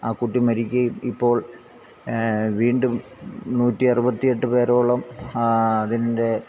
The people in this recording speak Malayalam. ആ കുട്ടി മരിക്കുകയും ഇപ്പോൾ വീണ്ടും നൂറ്റി അറുപത്തിയെട്ട് പേരോളം അതിൻ്റെ